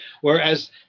whereas